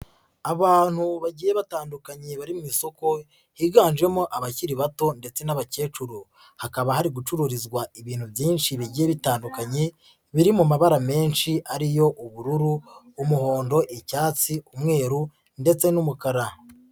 Abantu bagiye batandukanye bari mu isoko higanjemo abakiri bato ndetse n'abakecuru, hakaba hari gucururizwa ibintu byinshi bigiye bitandukanye biri mu mabara menshi ari yo: ubururu, umuhondo, icyatsi, umweru ndetse n'umukara.